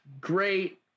great